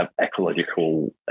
ecological